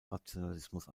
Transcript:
rationalismus